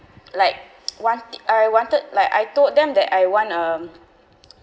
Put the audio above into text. like want it I wanted like I told them that I want um